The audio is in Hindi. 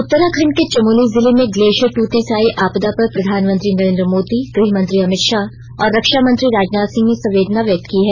उत्तराखंड के चमोली जिले में ग्लेशियर टूटने से आयी आपदा पर प्रधानमंत्री नरेंद्र मोदी गृह मंत्री अमित षाह और रक्षा मंत्री राजनाथ सिंह ने संवेदना व्यक्त किया है